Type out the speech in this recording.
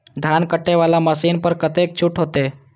धान कटे वाला मशीन पर कतेक छूट होते?